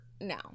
Now